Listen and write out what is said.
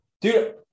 Dude